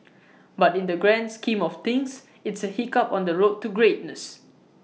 but in the grand scheme of things it's A hiccup on the road to greatness